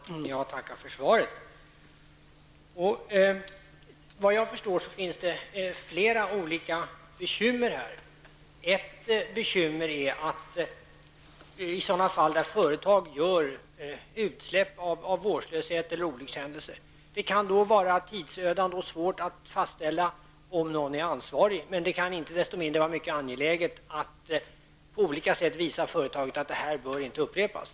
Herr talman! Jag tackar för svaret. Såvitt jag förstår finns det flera olika bekymmer i detta sammanhang. Ett bekymmer är att det kan vara tidsödande och svårt att fastställa om någon är ansvarig i de fall då företag av vårdslöshet eller olycksfall gör utsläpp. Men det kan inte desto mindre vara mycket angeläget att man på olika sätt visar företaget att detta inte bör upprepas.